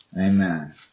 amen